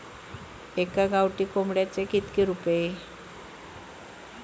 एका गावठी कोंबड्याचे कितके रुपये?